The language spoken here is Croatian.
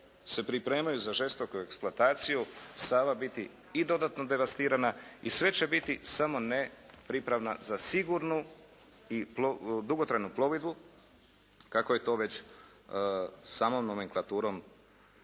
se pripremaju za žestoku eksploataciju Sava biti i dodatno devastirana i sve će biti samo ne pripravna za sigurnu i dugotrajnu plovidbu kako je to već samom nomenklaturom